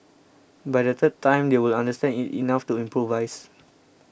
by the third time they will understand it enough to improvise